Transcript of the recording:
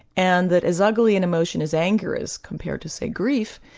and that as ugly an emotion as anger is, compared to say grief,